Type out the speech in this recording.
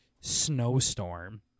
snowstorm